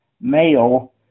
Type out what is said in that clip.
male